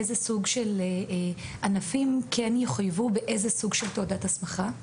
איזה סוג של ענפים יחויבו בתעודת הסמכה,